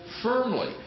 firmly